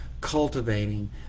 cultivating